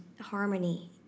harmony